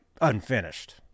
unfinished